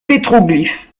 pétroglyphes